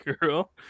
girl